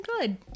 good